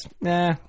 nah